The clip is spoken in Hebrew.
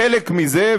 חלק מזה,